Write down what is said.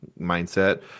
mindset